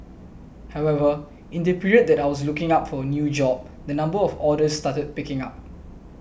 however in the period that I was looking for a new job the number of orders started picking up